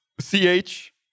C-H